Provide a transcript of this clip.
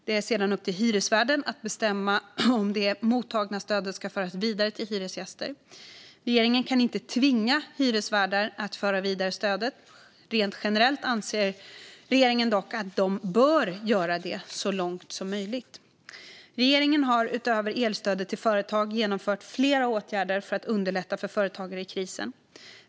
Det är sedan upp till hyresvärden att bestämma om det mottagna stödet ska föras vidare till hyresgäster. Regeringen kan inte tvinga hyresvärdar att föra vidare stödet. Rent generellt anser dock regeringen att de bör göra det så långt som möjligt. Regeringen har utöver elstödet till företag genomfört flera åtgärder för att underlätta för företagare i krisen.